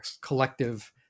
collective